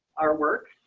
our work.